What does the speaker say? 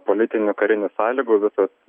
politinių karinių sąlygų visos